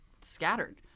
scattered